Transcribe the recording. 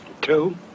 Two